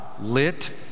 Lit